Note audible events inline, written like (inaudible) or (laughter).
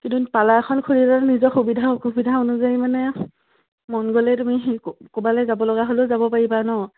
কিন্তু পালাৰখন খুলি লৈ নিজৰ সুবিধা অসুবিধা অনুযায়ী মানে মন গ'লে তুমি (unintelligible) ক'ৰবালে যাব লগা হ'লেও যাব পাৰিবা ন